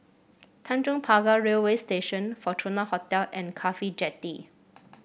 Tanjong Pagar Railway Station Fortuna Hotel and CAFHI Jetty